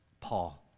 Paul